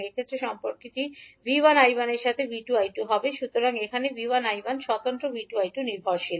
এই ক্ষেত্রে সম্পর্কটি 𝐕1 𝐈1 এর সাথে 𝐕2 𝐈2 হবে সুতরাং এখানে 𝐕1 𝐈1 স্বতন্ত্র 𝐕2 𝐈2 নির্ভরশীল